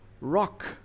rock